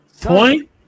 point